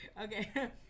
okay